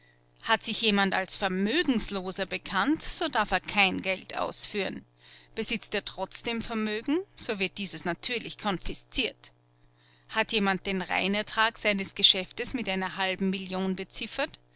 hat sich jemand als vermögensloser bekannt so darf er kein geld ausführen besitzt er trotzdem vermögen so wird dieses natürlich konfisziert hat jemand den reinertrag seines geschäftes mit einer halben million beziffert